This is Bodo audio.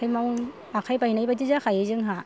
आखाइ बायनाय बायदि जाखायो जोंहा